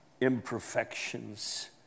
imperfections